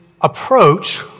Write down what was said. approach